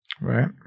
Right